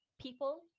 people